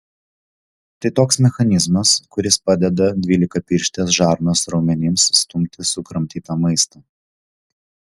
tai toks mechanizmas kuris padeda dvylikapirštės žarnos raumenims stumti sukramtytą maistą